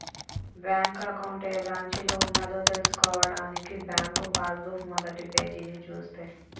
bank account ఏ బ్రాంచిలో ఉన్నదో తెల్సుకోవడానికి బ్యాంకు పాస్ బుక్ మొదటిపేజీని చూస్తే